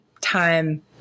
time